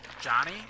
Johnny